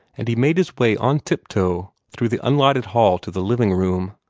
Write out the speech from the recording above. and he made his way on tiptoe through the unlighted hall to the living-room.